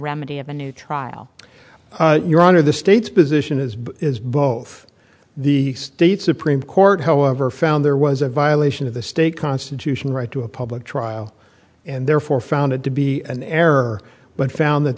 remedy of a new trial your honor the state's position as is both the state supreme court however found there was a violation of the state constitutional right to a public trial and therefore found it to be an error but found that